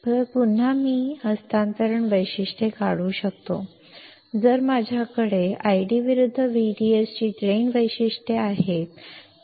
तर पुन्हा मी हस्तांतरण वैशिष्ट्ये काढू शकतो जर माझ्याकडे ID विरुद्ध VDS ची ड्रेन वैशिष्ट्ये आहेत